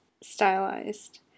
stylized